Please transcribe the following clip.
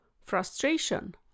frustration